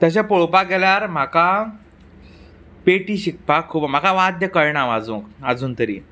तशें पळोवपाक गेल्यार म्हाका पेटी शिकपाक खूब म्हाका वाद्य कयणा वाजोवंक आजून तरी